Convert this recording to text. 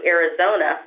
Arizona